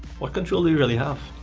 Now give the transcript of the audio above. what control you really have?